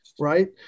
Right